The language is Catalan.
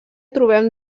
trobem